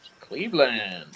Cleveland